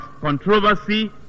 controversy